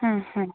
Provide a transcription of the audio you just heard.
ಹ್ಞೂ ಹ್ಞೂ